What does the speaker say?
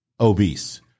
obese